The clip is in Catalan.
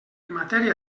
matèria